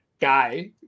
guy